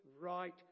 right